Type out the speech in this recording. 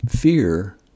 Fear